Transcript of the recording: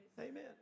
Amen